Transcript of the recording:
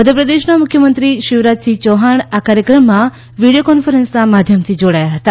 મધ્યપ્રદેશના મુખ્યમંત્રી શિવરાજ સિંહ ચૌહાણ આ કાર્યક્રમમાં વિડીઓ કોન્ફરન્સના માધ્યમથી જોડાયા હતા